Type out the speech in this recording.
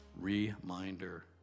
reminder